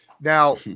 Now